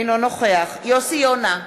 אינו נוכח יוסי יונה,